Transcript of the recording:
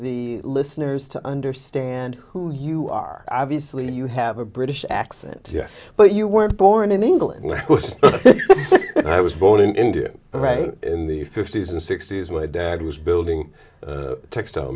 the listeners to understand who you are obviously you have a british accent yes but you were born in england i was born in india but right in the fifty's and sixty's my dad was building textile